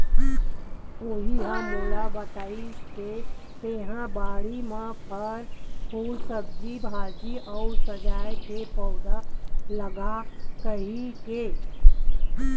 उहीं ह मोला बताय हे तेंहा बाड़ी म फर, फूल, सब्जी भाजी अउ सजाय के पउधा लगा कहिके